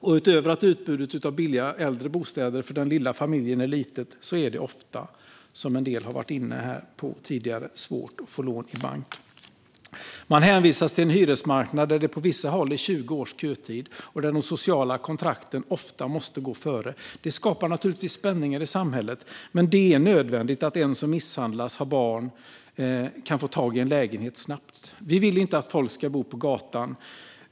Och utöver att utbudet av billiga äldre bostäder för den lilla familjen är litet är det ofta, som en del tidigare talare har varit inne på, svårt att få lån i bank. Man hänvisas till en hyresmarknad där det på vissa håll är 20 års kötid. Ofta måste dessutom de sociala kontrakten gå före. Det skapar naturligtvis spänningar i samhället, men det är nödvändigt att en som har misshandlats och har barn kan få tag i en lägenhet snabbt. Vi vill inte att folk ska bo på gatan.